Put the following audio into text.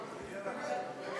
יש לך מתנגד.